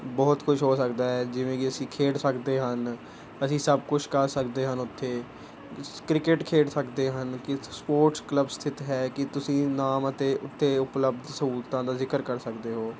ਬਹੁਤ ਕੁਛ ਹੋ ਸਕਦਾ ਹੈ ਜਿਵੇਂ ਕਿ ਅਸੀਂ ਖੇਡ ਸਕਦੇ ਹਨ ਅਸੀਂ ਸਭ ਕੁਛ ਕਰ ਸਕਦੇ ਹਨ ਉੱਥੇ ਕ੍ਰਿਕੇਟ ਖੇਡ ਸਕਦੇ ਹਨ ਕੇ ਸਪੋਰਟਸ ਕਲੱਬ ਸਥਿੱਤ ਹੈ ਕਿ ਤੁਸੀਂ ਨਾਮ ਅਤੇ ਉੱਥੇ ਉਪਲੱਬਧ ਸਹੂਲਤਾਂ ਦਾ ਜ਼ਿਕਰ ਕਰ ਸਕਦੇ ਹੋ